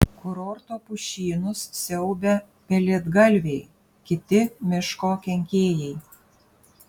kurorto pušynus siaubia pelėdgalviai kiti miško kenkėjai